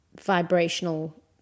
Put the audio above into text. vibrational